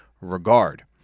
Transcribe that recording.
regard